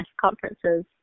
conferences